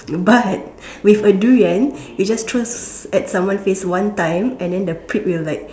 but with a durian you just throw at someone face one time and then the prick will like